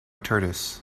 tortoise